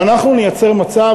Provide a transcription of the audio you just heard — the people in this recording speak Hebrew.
ואנחנו נייצר מצב,